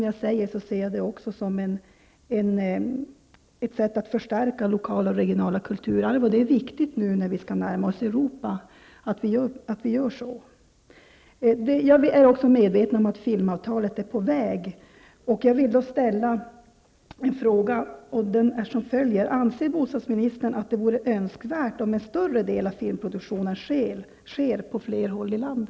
Jag ser också detta som ett sätt att förstärka lokala och regionala kulturarv. Det är viktigt att vi gör det, nu när vi skall närma oss Europa. Jag är också medveten om att filmavtalet är på väg. Jag vill ställa följande fråga: Anser bostadsministern att det vore önskvärt att en större del av filmproduktionen sker på fler håll i landet?